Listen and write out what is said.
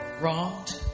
wronged